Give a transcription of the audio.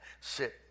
sit